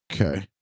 Okay